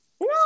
No